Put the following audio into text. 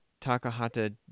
Takahata